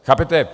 Chápete?